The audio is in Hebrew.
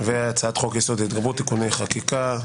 והצעת חוק יסוד: ההתגברות (תיקוני חקיקה),